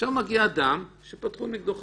עכשיו מגיע אדם שפתחו נגדו בחקירה.